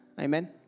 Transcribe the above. Amen